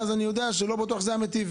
כך אני לא בטוח שזה סעיף מיטיב.